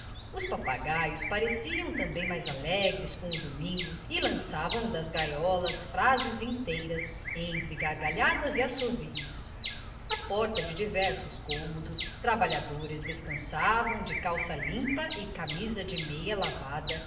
os papagaios pareciam também mais alegres com o domingo e lançavam das gaiolas frases inteiras entre gargalhadas e assobios à porta de diversos cômodos trabalhadores descansavam de calça limpa e camisa de meia lavada